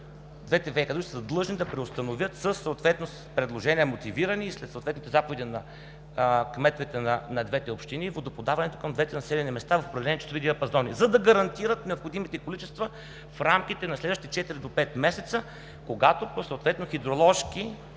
двете ВиК дружества ще са длъжни да преустановят, съответно след мотивирани предложения и след съответните заповеди на кметовете на двете общини, водоподаването към двете населени места в определени часови диапазони, за да гарантират необходимите количества в рамките на следващите четири до пет месеца, когато по съответно хидроложки